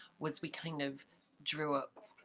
was we kind of drew um